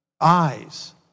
eyes